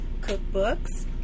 cookbooks